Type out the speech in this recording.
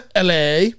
la